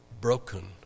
broken